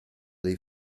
dei